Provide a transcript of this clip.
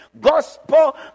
gospel